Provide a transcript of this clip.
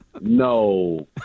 No